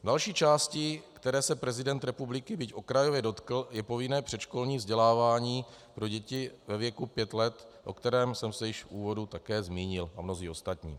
Další částí, které se prezident republiky, byť okrajově, dotkl, je povinné předškolní vzdělávání pro děti ve věku pět let, o kterém jsem se již v úvodu také zmínil, a mnozí ostatní.